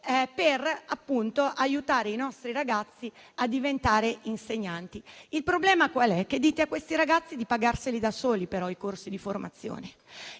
per aiutare i nostri ragazzi a diventare insegnanti. Il problema però è che dite a questi ragazzi di pagarsi da soli i corsi di formazione.